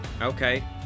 Okay